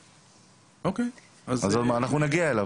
אנחנו נגיע אליו.